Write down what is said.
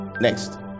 Next